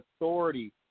authority